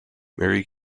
mary